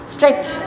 Stretch